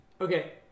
Okay